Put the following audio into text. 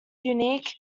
unique